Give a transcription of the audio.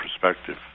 perspective